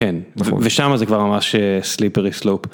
כן ושם זה כבר ממש סליפרי סלופ.